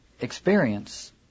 experience